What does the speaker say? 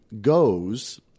goes